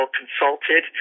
consulted